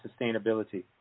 sustainability